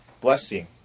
blessing